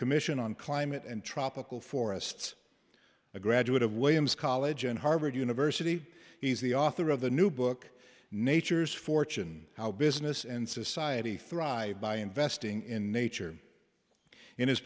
commission on climate and tropical forests a graduate of williams college and harvard university he's the author of the new book nature's fortune how business and society thrive by investing in nature in his